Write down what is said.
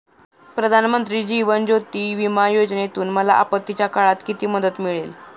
प्रधानमंत्री जीवन ज्योती विमा योजनेतून मला आपत्तीच्या काळात किती मदत मिळेल?